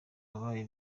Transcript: wabaye